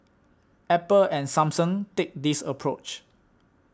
Apple and Samsung take this approach